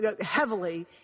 heavily